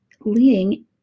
leading